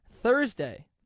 Thursday